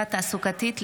בהצעתם